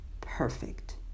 perfect